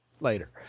later